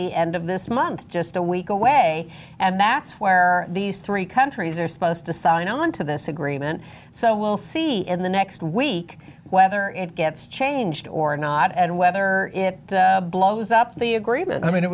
the end of this month just a week away and that's where these three countries are supposed to sign on to this agreement so we'll see in the next week whether it gets changed or not and whether it blows up the agreement i mean it